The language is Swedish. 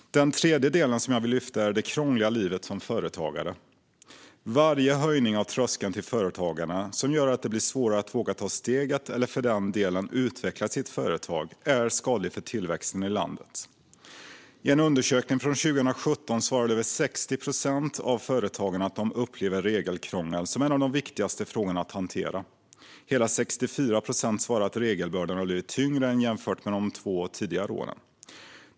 Den tredje del jag vill lyfta fram är det krångliga livet som företagare. Varje höjning av tröskeln till företagande, som gör att det blir svårare att våga ta steget eller för den delen utveckla sitt företag, är skadlig för tillväxten i landet. I en undersökning från 2017 svarade över 60 procent av företagarna att de upplevde regelkrångel som en av de viktigaste frågorna att hantera. Hela 64 procent svarade att regelbördan blivit tyngre jämfört med de två föregående åren.